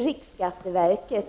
Riksskatteverket